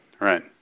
right